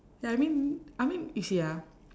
ya I mean I mean you see ah